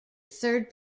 third